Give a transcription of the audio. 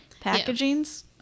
Packagings